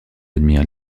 admire